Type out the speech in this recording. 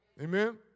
Amen